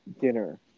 dinner